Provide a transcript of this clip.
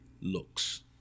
looks